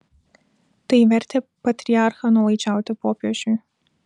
tai vertė patriarchą nuolaidžiauti popiežiui